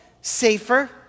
safer